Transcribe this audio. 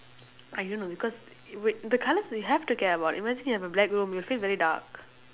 I don't know because wai~ the colours you have to get [what] imagine you have a black room you'll feel very dark